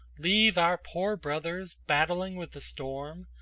leave our poor brothers battling with the storm,